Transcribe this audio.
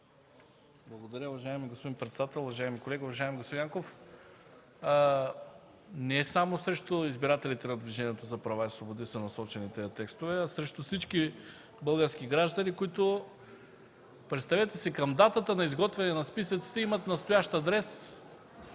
Благодаря, уважаеми господин председател. Уважаеми колеги! Уважаеми господин Янков, не само срещу избирателите на Движението за права и свободи са насочени тези текстове, а срещу всички български граждани, които, представете си, към датата на изготвяне на списъците имат настоящ адрес